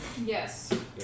Yes